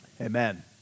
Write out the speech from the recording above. amen